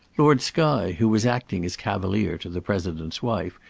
lord skye, who was acting as cavalier to the president's wife,